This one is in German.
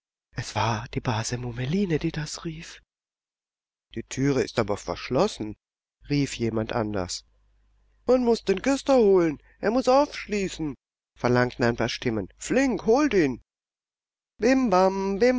es war die base mummeline die das rief die türe ist aber verschlossen rief jemand anders man muß den küster holen er muß aufschließen verlangten ein paar stimmen flink holt ihn